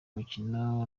mukino